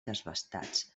desbastats